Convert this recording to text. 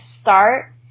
start